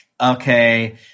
Okay